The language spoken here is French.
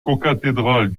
cocathédrale